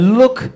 look